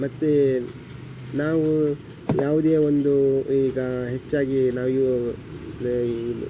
ಮತ್ತು ನಾವೂ ಯಾವುದೇ ಒಂದು ಈಗ ಹೆಚ್ಚಾಗಿ ನಾವು ಯೂ ಈ